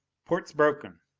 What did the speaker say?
ports broken.